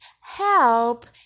help